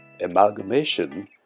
amalgamation